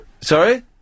Sorry